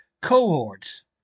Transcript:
cohorts